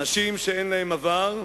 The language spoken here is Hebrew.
אנשים שאין להם עבר,